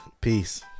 Peace